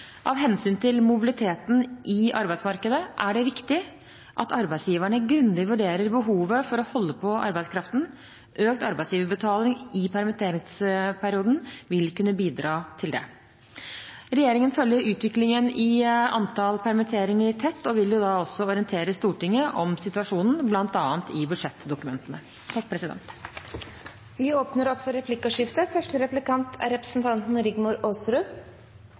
Av hensyn til mobiliteten i arbeidsmarkedet er det viktig at arbeidsgiverne grundig vurderer behovet for å holde på arbeidskraften. Økt arbeidsgiverbetaling i permitteringsperioden vil kunne bidra til det. Regjeringen følger utviklingen i antall permitteringer tett og vil orientere Stortinget om situasjonen bl.a. i budsjettdokumentene.